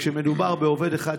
כשמדובר בעובד אחד,